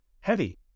heavy